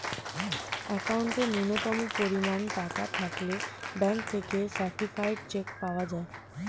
অ্যাকাউন্টে ন্যূনতম পরিমাণ টাকা থাকলে ব্যাঙ্ক থেকে সার্টিফায়েড চেক পাওয়া যায়